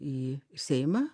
į seimą